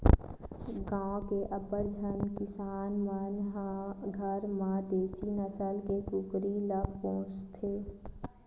गाँव के अब्बड़ झन किसान मन ह घर म देसी नसल के कुकरी ल पोसथे